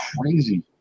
crazy